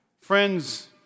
Friends